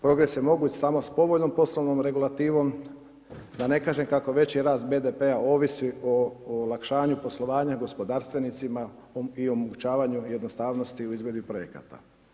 Progres se mogu ići sa povoljnom poslovnom regulativom da ne kažem kako veći rast BDP-a ovisi o olakšanju poslovanja gospodarstvenicima i omogućavanju jednostavnosti u izvedbi projekata.